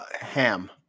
ham